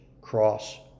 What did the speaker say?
cross